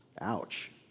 Ouch